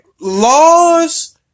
laws